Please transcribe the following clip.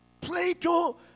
Plato